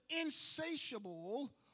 insatiable